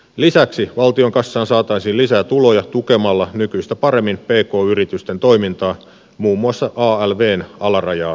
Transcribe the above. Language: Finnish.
lisäksi valtionkassaan saataisiin lisätuloja tukemalla nykyistä paremmin pk yritysten toimintaa muun muassa alvn alarajaa korottamalla